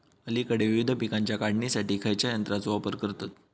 अलीकडे विविध पीकांच्या काढणीसाठी खयाच्या यंत्राचो वापर करतत?